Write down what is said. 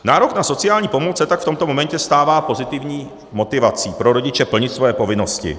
Nárok na sociální pomoc se tak v tomto momentě stává pozitivní motivací pro rodiče plnit své povinnosti.